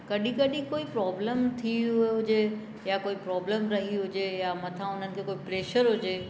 कॾहिं कॾहिं कोई प्रॉब्लम थी हुजे या कोई प्रॉब्लम रही हुजे या मथां उन्हनि खे कोई प्रैशर हुजे